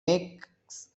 makes